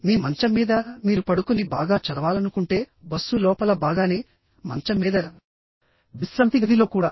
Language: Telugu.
మీ మంచం మీద మీరు పడుకుని బాగా చదవాలనుకుంటే బస్సు లోపల బాగానే మంచం మీద విశ్రాంతి గది లో కూడా